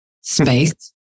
space